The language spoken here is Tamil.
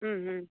ம் ம்